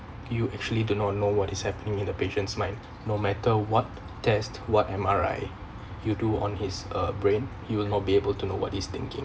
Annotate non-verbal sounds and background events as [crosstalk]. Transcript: you actually do not know what is happening in the patient's mind no matter what test what M_R_I [breath] you do on his uh brain you will not be able to know what he's thinking